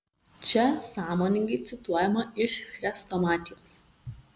čia sąmoningai cituojama iš chrestomatijos